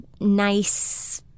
nice